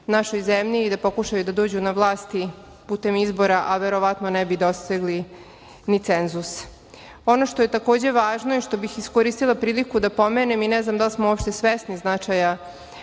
našoj zemlji i da pokušaju da dođu na vlast putem izbora, a verovatno ne bi dosegli ni cenzus. Ono što je takođe važno i što bih iskoristila priliku da pomenem i ne znam da li smo uopšte svesni značaja